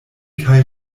kaj